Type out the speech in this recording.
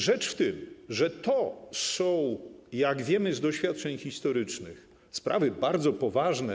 Rzecz w tym, że to są - jak wiemy z doświadczeń historycznych - sprawy bardzo poważne.